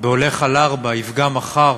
בהולך על ארבע יפגע מחר